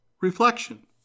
reflection